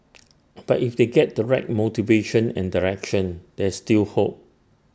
but if they get the right motivation and direction there's still hope